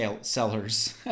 sellers